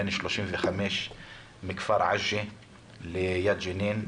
בן 35 מכפר עג'ה ליד ג'נין,